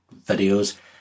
videos